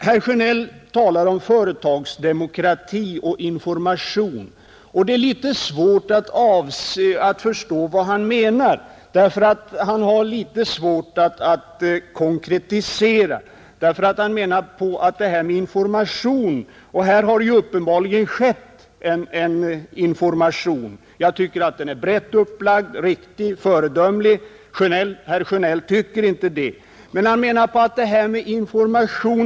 Herr Sjönell talade om företagsdemokrati och information, men det är inte lätt att förstå vad han menar, eftersom han hade litet svårt att konkretisera. Här har lämnats information, och jag tycker att den är brett upplagd, riktig och föredömlig. Herr Sjönell tycker uppenbarligen att den inte är tillräcklig.